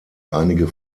einige